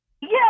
Yes